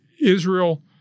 Israel